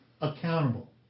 accountable